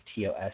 TOS